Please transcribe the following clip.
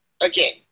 again